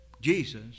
Jesus